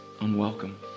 unwelcome